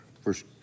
First